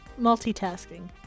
Multitasking